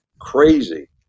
crazy